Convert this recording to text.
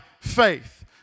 faith